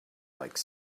like